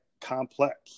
complex